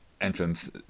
entrance